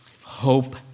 hope